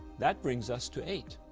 that brings us to eight.